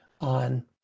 on